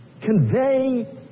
Convey